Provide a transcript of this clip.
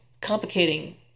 complicating